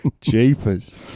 Jeepers